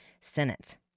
Senate